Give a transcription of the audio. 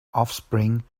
offspring